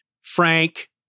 Frank